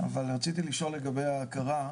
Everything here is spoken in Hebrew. רציתי לשאול לגבי ההכרה.